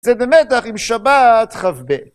זה במתח עם שבת כ"ב.